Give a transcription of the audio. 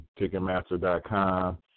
Ticketmaster.com